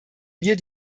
mir